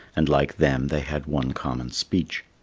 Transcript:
and like them they had one common speech.